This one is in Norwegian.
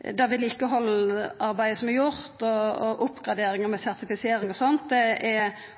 Vedlikehaldsarbeidet som er gjort, og oppgraderinga med sertifisering og sånt,